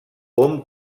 hom